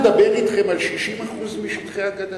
מי מוכן לדבר אתכם על 60% משטחי הגדה?